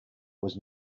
was